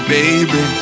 baby